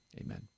Amen